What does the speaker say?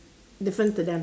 different to them